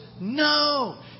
no